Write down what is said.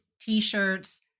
t-shirts